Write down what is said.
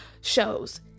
shows